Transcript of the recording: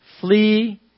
flee